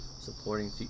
supporting